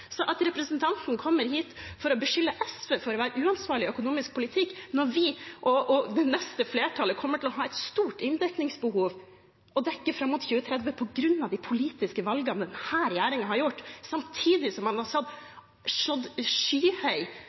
Så når representanten kommer hit for å beskylde SV for å ha en uansvarlig økonomisk politikk når vi og det neste flertallet kommer til å ha et stort inndekningsbehov å dekke fram mot 2030 på grunn av de politiske valgene denne regjeringen har gjort, samtidig som man har satt skyhøy